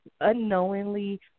unknowingly